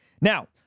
Now